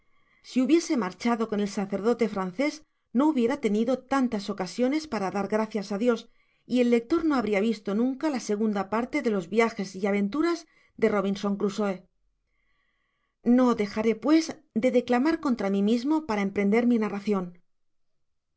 si hubiese marchado con el sacerdote francés no hubiera tenido tantas ocasiones para dar gracias á dios y el lector no habria visto nunca la segunda parte de los viajes y aventuras de robinson crusoé no dejaré pues de declamar contra mi mismo para emprender mi narracion